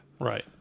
right